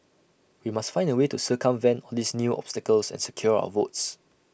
we must find A way to circumvent all these new obstacles and secure our votes